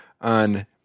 on